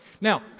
Now